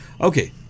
Okay